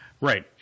Right